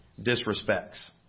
disrespects